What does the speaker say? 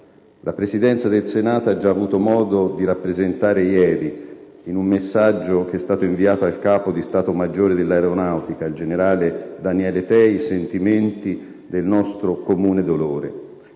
La Presidenza del Senato ha già avuto modo di rappresentare ieri, in un messaggio che è stato inviato al Capo di Stato maggiore dell'Aeronautica, generale Daniele Tei, i sentimenti del nostro comune dolore.